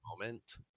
moment